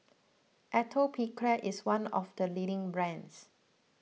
Atopiclair is one of the leading brands